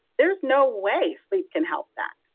there's no way sleep can help that.